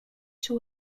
she